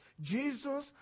Jesus